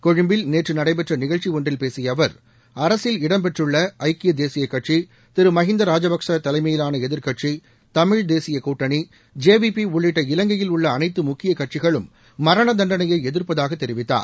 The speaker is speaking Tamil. கொழும்பில் நேற்று நடைபெற்ற நிகழ்ச்சி ஒன்றில் பேசிய அவர் அரசில் இடம்பெற்றுள்ள ஐக்கிய தேசிய கட்சி திரு மஹிந்த ராஜபக்சே தலைமயிலான எதிர்க்கட்சி தமிழ் தேசிய கூட்டணி ஜேவிபி உள்ளிட்ட இலங்கையில் உள்ள அனைத்து முக்கிய கட்சிகளும் மரண தண்டனையை எதிர்ப்பதாக தெரிவித்தார்